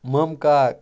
مامہٕ کاک